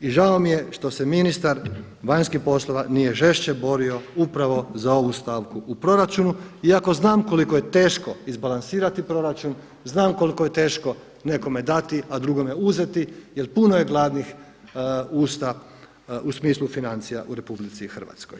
I žao mi je što se ministar vanjskih poslova nije žešće borio upravo za ovu stavku u proračunu iako znam koliko je teško izbalansirati proračun, znam koliko je teško nekome dati, a drugome uzeti jer puno je gladnih usta u smislu financija u RH.